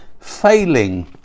failing